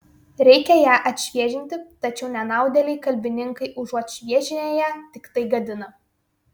reikia ją atšviežinti tačiau nenaudėliai kalbininkai užuot šviežinę ją tiktai gadina